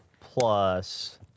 plus